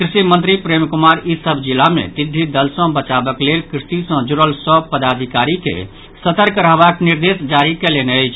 कृषि मंत्री प्रेम कुमार ई सभ जिला मे टिड्डी दल सँ बचावक लेल कृषि सँ जुड़ल सभ पदाधिकारी के सतर्क रहबाक निर्देश जारी कयलनि अछि